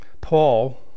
Paul